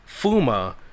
Fuma